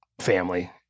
family